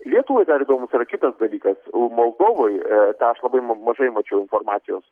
lietuvai dar įdomus yra kitas dalykas moldovoj tą aš labai mažai mačiau informacijos